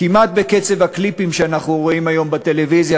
כמעט בקצב הקליפים שאנחנו רואים היום בטלוויזיה